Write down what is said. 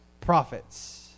prophets